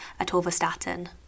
atorvastatin